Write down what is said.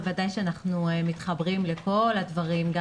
בוודאי שאנחנו מתחברים לכל הדברים שנאמרו